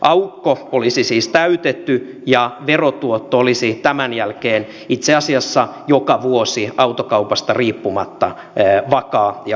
aukko olisi siis täytetty ja verotuotto olisi tämän jälkeen itse asiassa joka vuosi autokaupasta riippumatta vakaa ja vakio